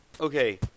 Okay